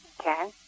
Okay